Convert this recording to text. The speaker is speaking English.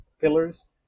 pillars